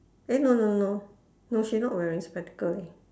eh no no no no she not wearing spectacle leh